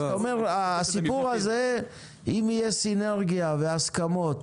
כלומר אם תהיה סינרגיה והסכמות